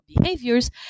behaviors